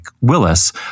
Willis